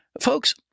folks